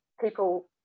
people